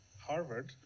harvard